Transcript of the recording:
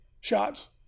shots